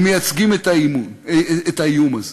הם מייצגים את האיום הזה.